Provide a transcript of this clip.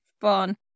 fun